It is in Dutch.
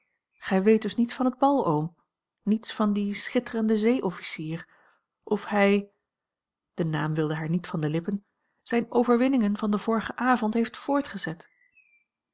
gij weet dus niets van het bal oom niets van dien schitterenden zeeofficier of hij de naam wilde haar niet van de lippen zijne overwinningen van den vorigen avond heeft voortgezet